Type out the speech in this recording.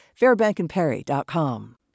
Fairbankandperry.com